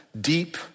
deep